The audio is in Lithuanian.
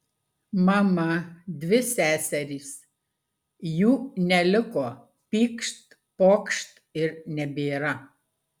mama dvi seserys jų neliko pykšt pokšt ir nebėra